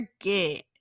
forget